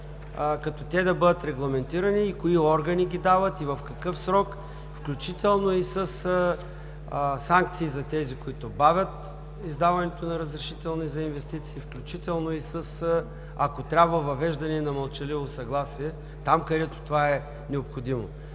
като те да бъдат регламентирани – кои органи ги дават, в какъв срок, включително и със санкции за тези, които бавят издаването на разрешителни за инвестиции, включително, ако трябва, и с въвеждане на мълчаливо съгласие там, където това е необходимо.